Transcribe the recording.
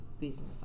business